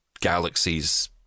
galaxies